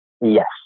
Yes